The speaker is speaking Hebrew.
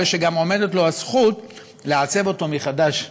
הרי גם עומדת לו הזכות לעצב אותו מחדש.